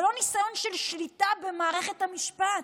אבל לא ניסיון של שליטה במערכת המשפט.